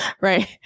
right